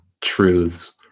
truths